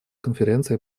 конференции